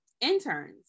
interns